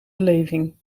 beleving